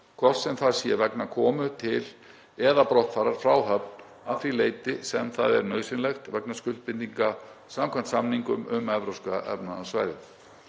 hvort sem það sé vegna komu til eða brottfarar frá höfn að því leyti sem það er nauðsynlegt vegna skuldbindinga samkvæmt samningum um Evrópska efnahagssvæðið.